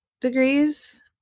degrees